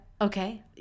Okay